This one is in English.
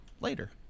later